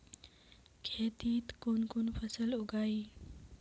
खेतीत कुन कुन फसल उगेई?